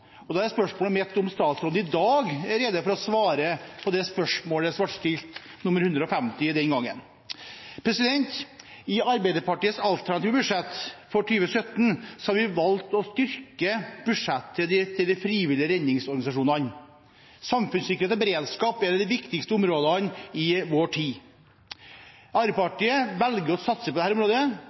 Da er spørsmålet mitt om statsråden i dag er rede til å svare på spørsmål 150, slik det ble stilt den gangen. I Arbeiderpartiets alternative budsjett for 2017 har vi valgt å styrke budsjettet til de frivillige redningsorganisasjonene. Samfunnssikkerhet og beredskap er de viktigste områdene i vår tid. Arbeiderpartiet velger å satse på dette området.